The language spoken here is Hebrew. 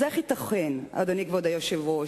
אז איך ייתכן, אדוני, כבוד היושב-ראש,